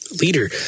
leader